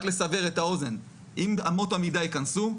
רק לסבר את האוזן, אם אמות המידה ייכנסו,